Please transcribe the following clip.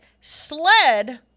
Sled